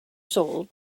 sold